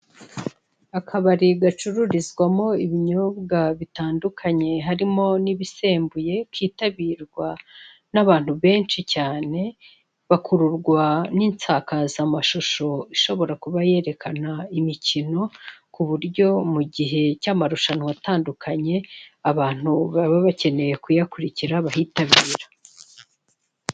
Akabari gacururizwamo ibinyobwa bitandukanye harimo n'ibisembuye, kitabirwa n'abantu benshi cyane, bakururwa n'insakazamashusho ishobora kuba yerekana, imikino ku buryo mu gihe cy'amarushanwa atandukanye abantu baba bakeneye kuyakurikirana bayitabiea.